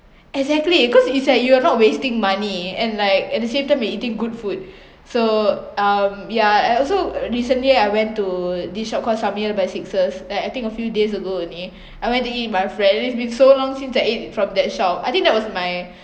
exactly cause it’s like you are not wasting money and like at the same time you're eating good food so um yeah and also recently I went to this shop called and I think a few days ago only I went to eat with my friend and it's been so long since I ate from that shop I think that was my